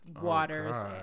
Waters